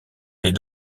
des